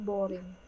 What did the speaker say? Boring